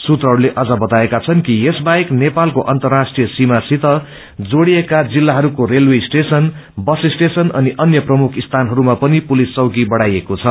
सूत्रहस्ले अझ बताए कि यसबाहेक नेपालको अन्तर्राष्ट्रिय सीमासित जोड़िएका जिल्लाहरूको रेलवे स्टेशनबस स्टेशन अनि अन्य प्रमुख स्थानहरूमा पनि पुलिस चौकी बढ़ाइएको छ